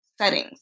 settings